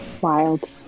Wild